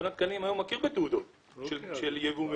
מכון התקנים היום מכיר בתעודות של ייבוא מחו"ל,